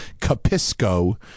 Capisco